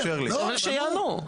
שיענו.